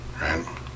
right